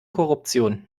korruption